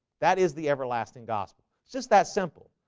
that is the everlasting gospel it's just that simple.